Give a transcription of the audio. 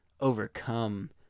overcome